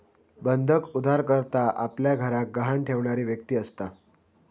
बंधक उधारकर्ता आपल्या घराक गहाण ठेवणारी व्यक्ती असता